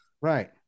right